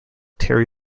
terry